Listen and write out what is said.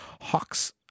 hawks